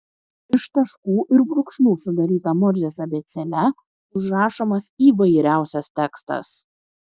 iš taškų ir brūkšnių sudaryta morzės abėcėle užrašomas įvairiausias tekstas